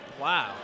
Wow